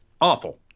awful